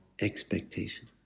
expectation